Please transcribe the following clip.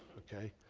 ok?